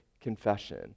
confession